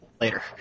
later